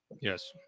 Yes